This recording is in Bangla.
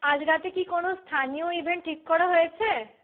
আজ রাতে কি কোনও স্থানীয় ইভেন্ট ঠিক করা হয়েছে